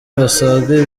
basaga